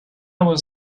was